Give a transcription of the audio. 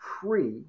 free